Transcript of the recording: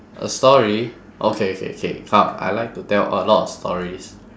a story okay okay okay come I like to tell a lot of stories